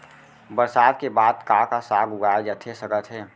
बरसात के बाद का का साग उगाए जाथे सकत हे?